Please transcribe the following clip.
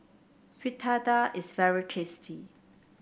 Fritada is very tasty